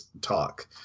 talk